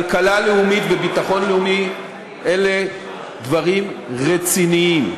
כלכלה לאומית וביטחון לאומי הם דברים רציניים.